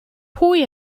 pwy